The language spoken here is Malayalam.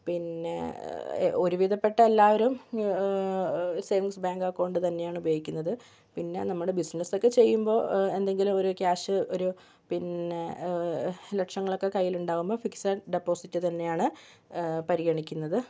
പിന്നെ ഒരു വിധപ്പെട്ട എല്ലാവരും സേവിങ്സ് ബേങ്ക് അക്കൗണ്ട് താന്നെയാണുപയോഗിക്കുന്നത് പിന്നെ നമ്മുടെ ബിസിനസ്സൊക്കെ ചെയ്യുമ്പോൾ എന്തെങ്കിലും ഒരു ക്യാഷ് ഒരു പിന്നെ ലക്ഷങ്ങളൊക്കെ കയ്യിലുണ്ടാകുമ്പോൾ ഫിക്സഡ് ഡെപ്പോസിറ്റ് തന്നെയാണ് പരിഗണിക്കുന്നത്